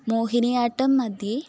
मोहिनी आट्टं मध्ये